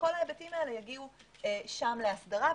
וכל ההיבטים האלה יגיעו שם להסדרה.